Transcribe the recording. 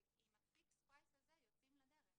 ועדה מאשרת את המחיר בוועדה ועם הפיקס פרייס הזה יוצאים לדרך